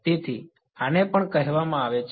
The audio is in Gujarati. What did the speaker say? તેથી આને પણ કહેવામાં આવે છે